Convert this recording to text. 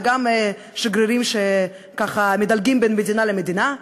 וגם שגרירים שככה מדלגים בין מדינה למדינה?